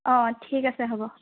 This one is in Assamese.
অ ঠিক আছে হ'ব